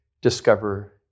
discover